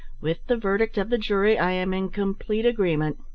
with the verdict of the jury i am in complete agreement.